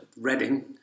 Reading